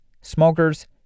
smokers